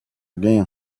again